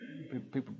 People